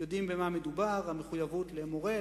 יודעים במה מדובר: המחויבות למורה,